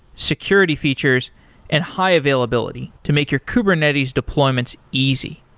security features and high availability to make your kubernetes deployments easy.